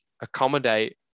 accommodate